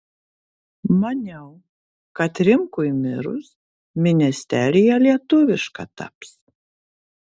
maniau kad rimkui mirus ministerija lietuviška taps